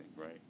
Right